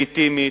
לגיטימית.